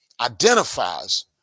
identifies